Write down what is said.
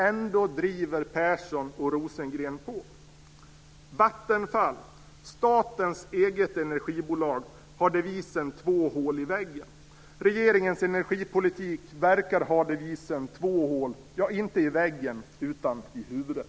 Ändå driver Persson och Rosengren på. Vattenfall, statens eget energibolag, har devisen två hål i väggen. Regeringens energipolitik verkar ha devisen två hål inte i väggen utan i huvudet.